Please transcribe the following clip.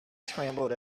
trembled